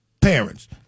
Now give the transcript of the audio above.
parents